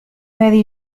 هذه